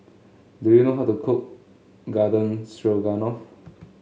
do you know how to cook Garden Stroganoff